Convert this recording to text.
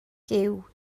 giw